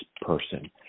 person